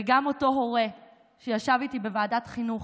וגם אותו הורה שישב איתי בוועדת החינוך,